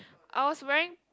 I was wearing